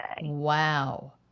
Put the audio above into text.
wow